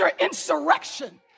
insurrection